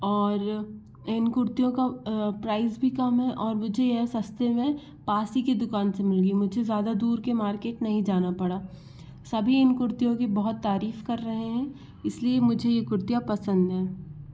और इन कुर्तियों का प्राइस भी कम है और मुझे यह सस्ते में पास ही की दुकान से मिली मुझे ज़्यादा दूर के मार्केट नहीं जाना पड़ा सभी इन कुर्तियों की बहुत तारीफ़ कर रहे हैं इसलिए मुझे कुर्तियाँ पसंद है